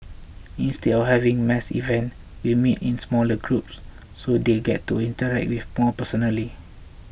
instead of having mass events we meet in smaller groups so they get to interact with more personally